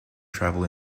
travel